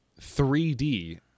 3D